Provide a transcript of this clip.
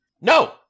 No